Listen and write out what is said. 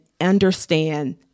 understand